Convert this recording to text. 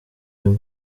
buri